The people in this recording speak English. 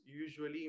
usually